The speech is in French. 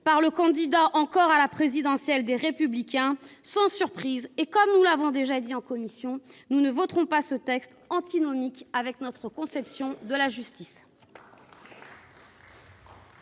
le candidat à l'élection présidentielle des Républicains. Sans surprise, et comme nous l'avons déjà dit en commission, nous ne voterons pas ce texte antinomique avec notre conception de la justice.